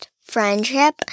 friendship